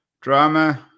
drama